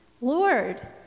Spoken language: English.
Lord